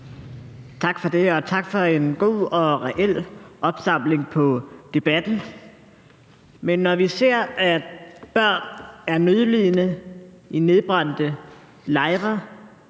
Tak for det, og tak for en god og reel opsamling på debatten. Men når vi ser, at børn er nødlidende i nedbrændte lejre